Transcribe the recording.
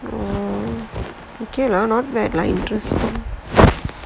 okay lah not bad lah